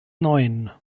neun